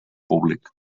públic